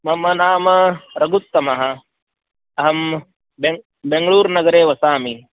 मम नाम रघूत्तमः अहं बे बेङ्गलूर्नगरे वसामि